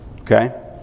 okay